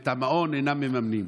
ואת המעון אינם מממנים.